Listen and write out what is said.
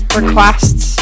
requests